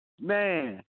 Man